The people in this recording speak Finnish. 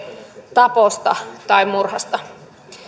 taposta tai murhasta